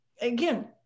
again